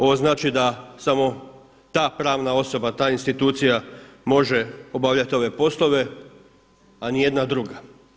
Ovo znači da samo ta pravna osoba, ta institucija može obavljati ove poslove, a nijedna druga.